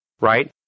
right